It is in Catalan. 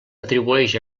atribueix